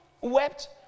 wept